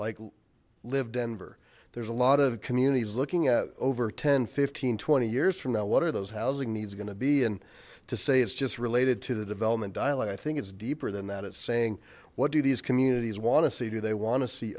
like live denver there's a lot of communities looking at over ten fifteen twenty years from now what are those housing needs gonna be and to say it's just related to the development dialogue i think it's deeper than that it's saying what do these communities want to see do they wan